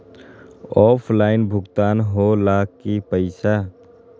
Offline भुगतान हो ला कि पईसा?